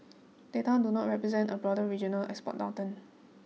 data do not represent a broader regional export downturn